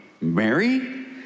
Mary